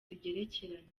zigerekeranye